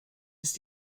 ist